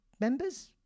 members